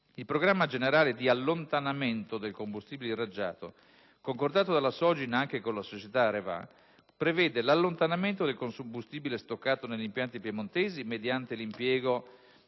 Il programma generale di allontanamento del combustibile irraggiato, concordato dalla Sogin anche con la società AREVA, prevede l'allontanamento del combustibile stoccato negli impianti piemontesi mediante l'impiego